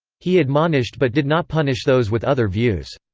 he admonished but did not punish those with other views.